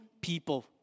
people